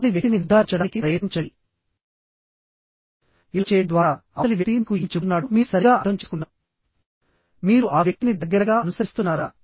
అవతలి వ్యక్తిని నిర్ధారించడానికి ప్రయత్నించండి ఇలా చేయడం ద్వారా అవతలి వ్యక్తి మీకు ఏమి చెబుతున్నాడో మీరు సరిగ్గా అర్థం చేసుకున్నారు మీరు ఆ వ్యక్తిని దగ్గరగా అనుసరిస్తున్నారా